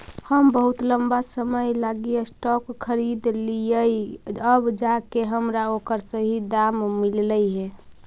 हम बहुत लंबा समय लागी स्टॉक खरीदलिअइ अब जाके हमरा ओकर सही दाम मिललई हे